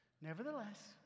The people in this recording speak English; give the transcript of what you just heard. Nevertheless